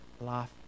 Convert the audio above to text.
life